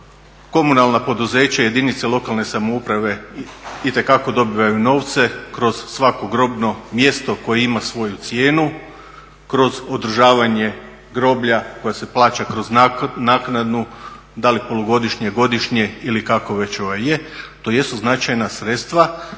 komunalna poduzeća jedinice lokalne samouprave itekako dobivaju novce, kroz svako grobno mjesto koje ima svoju cijenu, kroz održavanje groblja koje se plaća kroz naknadu da li polugodišnje, godišnje ili kako već je. To jesu značajna sredstva